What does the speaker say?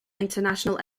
international